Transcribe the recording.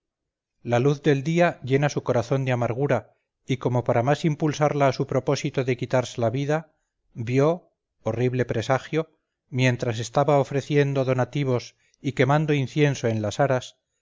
la luz del día llena su corazón de amargura y como para más impulsarla a su propósito de quitarse la vida vio horrible presagio mientras estaba ofreciendo donativos y quemando incienso en las aras